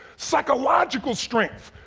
psychological strength.